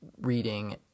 reading